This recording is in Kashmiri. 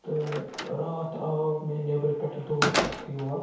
تہٕ راتھ آو مےٚ نٮ۪برٕ پٮ۪ٹھٕ دوس اَکھ یور